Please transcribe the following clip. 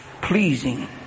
pleasing